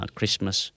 Christmas